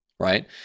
right